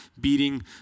beating